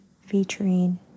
featuring